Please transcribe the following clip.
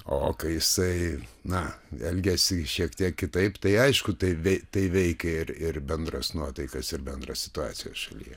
o kai jisai na elgiasi šiek tiek kitaip tai aišku tai tai veikia ir ir bendras nuotaikas ir bendrą situaciją šalyje